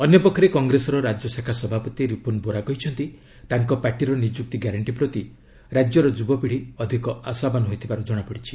ଅନ୍ୟପକ୍ଷରେ କଂଗ୍ରେସର ରାଜ୍ୟଶାଖା ସଭାପତି ରିପୁନ ବୋରା କହିଛନ୍ତି ତାଙ୍କ ପାର୍ଟିର ନିଯୁକ୍ତି ଗ୍ୟାରେଣ୍ଟି ପ୍ରତି ରାଜ୍ୟର ଯୁବପିଢ଼ି ଅଧିକ ଆଶାବାନ ହୋଇଥିବାର କ୍ଷଣାପଡ଼ିଛି